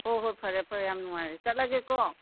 ꯍꯣꯍꯣ ꯐꯔꯦ ꯐꯔꯦ ꯌꯥꯝꯅ ꯅꯨꯡꯉꯥꯏꯔꯦ ꯆꯠꯂꯒꯦꯀꯣ